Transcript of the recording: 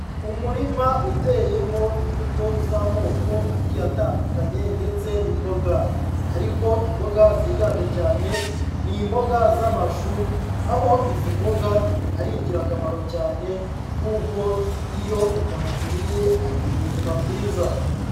Umurima uteyemo imbuto z'amoko agiye atandukanye ndetse n'imboga ariko imboga ziganje cyane ni imboga z'amashu, aho izi mboga ari ingirakamaro cyane kuko iyo umuntu aziriye agira ubuzima bwiza.